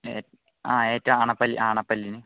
ആ ഏറ്റവും അണപ്പല്ല് അണപ്പല്ലിന്